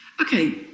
Okay